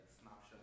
snapshot